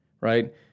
right